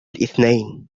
الإثنين